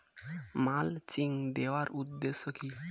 Mulching দেওয়ার উদ্দেশ্য কি?